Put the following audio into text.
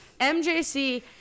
MJC